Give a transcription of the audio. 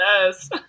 Yes